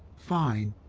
fine.